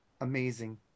Amazing